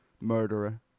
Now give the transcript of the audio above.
Murderer